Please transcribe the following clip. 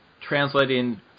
translating